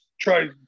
try